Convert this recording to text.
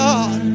God